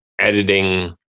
editing